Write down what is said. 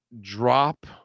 drop